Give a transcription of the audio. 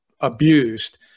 abused